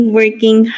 working